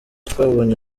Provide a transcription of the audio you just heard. twabonye